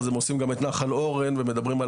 אז הם עושים גם את נחל אורן ומדברים על